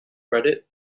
credit